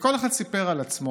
וכל אחד סיפר על עצמו.